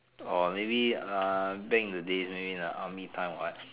or maybe um the days maybe the army time or what